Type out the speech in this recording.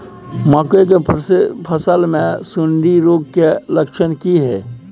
मकई के फसल मे सुंडी रोग के लक्षण की हय?